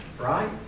right